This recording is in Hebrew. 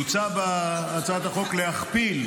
מוצע בהצעת החוק להכפיל,